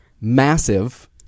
Massive